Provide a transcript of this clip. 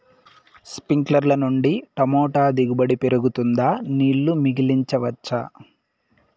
స్ప్రింక్లర్లు నుండి టమోటా దిగుబడి పెరుగుతుందా? నీళ్లు మిగిలించవచ్చా?